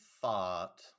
thought